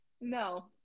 No